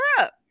up